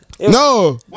No